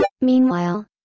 Meanwhile